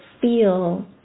feel